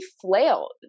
flailed